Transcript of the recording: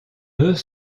deux